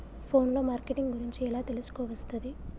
Phone లో marketing గురించి ఎలా తెలుసుకోవస్తది?